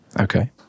Okay